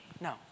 No